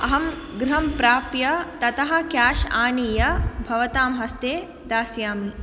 अहं गृहं प्राप्य ततः केश् आनीय भवतां हस्ते दास्यामि